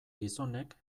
gizonek